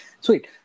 Sweet